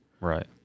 Right